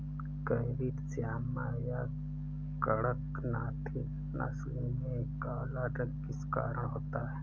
Carry श्यामा या कड़कनाथी नस्ल में काला रंग किस कारण होता है?